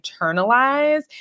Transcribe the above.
internalize